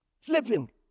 Sleeping